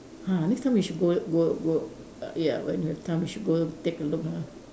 !huh! next time we should go go go err ya when we have time we should go take a look ah